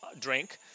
drink